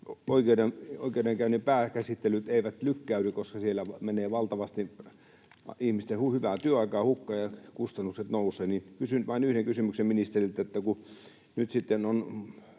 oikeudenkäyntien pääkäsittelyt eivät lykkäydy, koska siellä menee valtavasti ihmisten hyvää työaikaa hukkaan ja kustannukset nousevat. Kysyn vain yhden kysymyksen ministeriltä: Kun nyt sitten on